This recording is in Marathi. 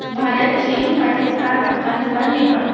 भारत चीन पाकिस्तान अफगाणिस्तान नेपाळ